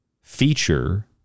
feature